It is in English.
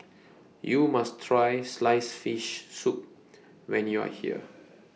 YOU must Try Sliced Fish Soup when YOU Are here